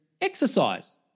exercise